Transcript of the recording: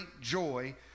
joy